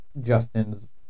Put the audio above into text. Justin's